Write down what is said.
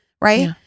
right